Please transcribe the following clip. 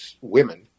women